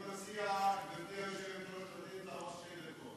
אני מציע, גברתי היושבת-ראש, לתת לה עוד שתי דקות.